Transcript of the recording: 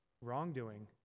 wrongdoing